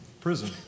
prison